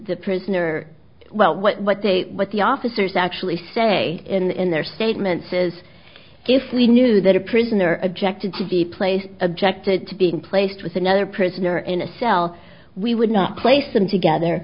the prisoner well what they what the officers actually say in their statement says if we knew that a prisoner objected to the place objected to being placed with another prisoner in a cell we would not place them together